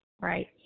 Right